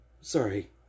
Sorry